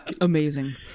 Amazing